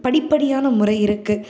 படிப்படியான முறை இருக்குது